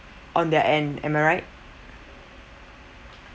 on their end am I right